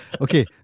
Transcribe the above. okay